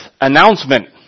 announcement